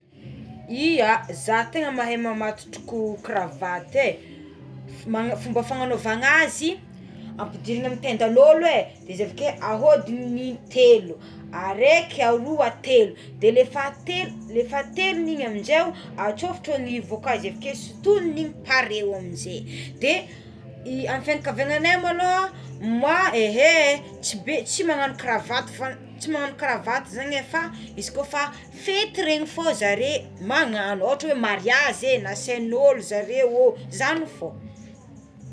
Ia zaho tegna mahay mamatotroko kravaty é ma- fomba fananaovagna azy ampidirina amin'ny tendan'ôlo izy avakeo ahôdigny in-telo araika aroa telo de le fahatelo le fahatelogny igny aminjeo atsofotro agnivo aka izy avikeo sotomigny areo amizay de amigny fianakaviananay maloha moi eehéhé tsy be tsy magnagno kravaty fa tsy magnagno kravaty zagny é fa izy ko fa fety regny fo zaré magnagno ohatra oé mariazy é nasaign'olo zaréo zagny fo.